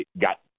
got